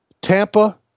Tampa